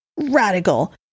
Radical